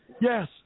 yes